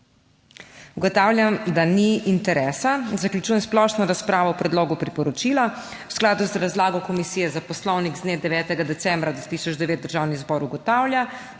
Ugotavljam, da ni interesa. Zaključujem splošno razpravo o predlogu priporočila. V skladu z razlago Komisije za Poslovnik z dne 9. decembra 2009 Državni zbor ugotavlja,